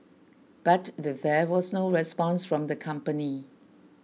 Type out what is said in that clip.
but there was no response from the company